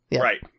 Right